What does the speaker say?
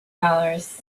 dollars